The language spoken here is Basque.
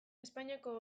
espainiako